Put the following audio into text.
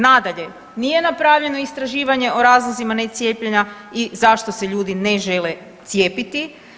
Nadalje, nije napravljeno istraživanje o razlozima ne cijepljenja i zašto se ljudi ne žele cijepiti.